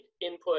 input